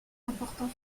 important